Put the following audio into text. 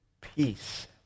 peace